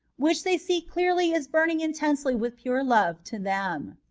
which they see clearly is buming in tensely with pure love to them.